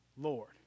Lord